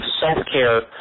self-care